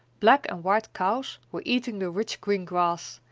black and white cows were eating the rich green grass,